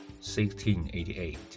1688